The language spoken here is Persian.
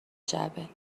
جعبه